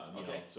okay